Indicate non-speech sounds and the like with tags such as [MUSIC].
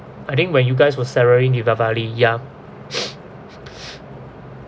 I think when you guys were celebrating deepavali ya [NOISE]